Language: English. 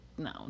No